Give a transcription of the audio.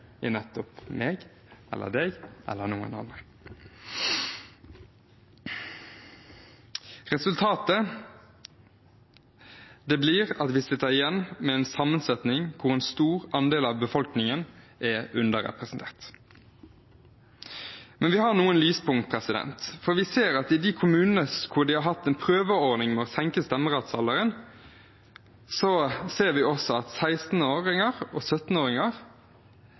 i nettopp meg eller deg eller noen andre. Resultatet blir at vi sitter igjen med en sammensetning der en stor andel av befolkningen er underrepresentert. Men vi har noen lyspunkt, for vi ser at i de kommunene som har hatt en prøveordning med å senke stemmerettsalderen, stemte faktisk 16-åringer og 17-åringer inn unge. Man ser at